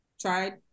tried